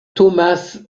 thomas